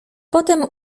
potem